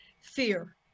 fear